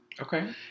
okay